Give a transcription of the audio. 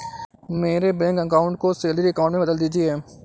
मेरे bank account को salary account में बदल दीजिए